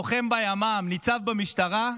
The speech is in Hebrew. לוחם בימ"מ, ניצב במשטרה,